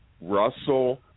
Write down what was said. Russell